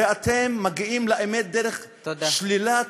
הרי אתם מגיעים לאמת דרך השלילה,